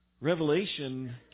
Revelation